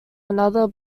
another